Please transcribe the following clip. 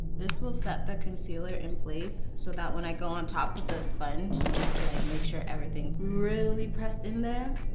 this will set the concealer in place so that when i go on top with the sponge just to like make sure everything's really pressed in there,